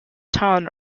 town